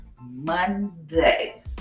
Monday